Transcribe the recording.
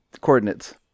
coordinates